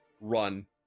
run